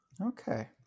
okay